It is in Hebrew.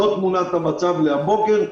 זאת תמונת המצב להיום בבוקר.